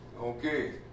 Okay